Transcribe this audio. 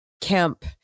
Kemp